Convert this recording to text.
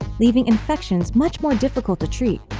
ah leaving infections much more difficult to treat.